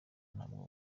ntabwo